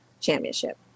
championship